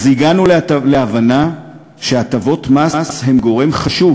אז הגענו להבנה שהטבות מס הן גורם חשוב